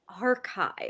archive